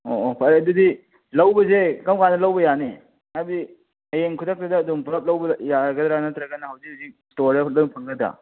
ꯑꯣ ꯑꯣ ꯐꯔꯦ ꯑꯗꯨꯗꯤ ꯂꯧꯕꯁꯦ ꯀꯔꯝ ꯀꯥꯟꯗ ꯂꯧꯕ ꯌꯥꯅꯤ ꯍꯥꯏꯕꯗꯤ ꯍꯌꯦꯡ ꯈꯨꯗꯛꯇꯨꯗ ꯑꯗꯨꯝ ꯄꯨꯂꯞ ꯂꯧꯕꯗ ꯌꯥꯔꯒꯗ꯭ꯔꯥ ꯅꯠꯇ꯭ꯔꯒꯅ ꯍꯧꯖꯤꯛ ꯍꯧꯖꯤꯛ ꯏꯁꯇꯣꯜꯗ ꯑꯗꯨꯝ ꯐꯪꯒꯗ꯭ꯔꯥ